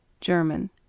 German